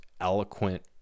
eloquent